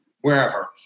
wherever